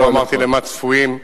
אני לא אמרתי למה צפויים.